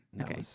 Okay